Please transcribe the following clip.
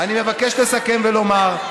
אני מבקש לסכם ולומר,